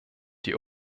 die